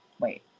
Wait